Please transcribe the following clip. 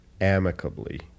amicably